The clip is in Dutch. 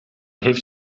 heeft